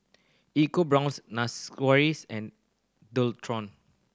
EcoBrown's and Dualtron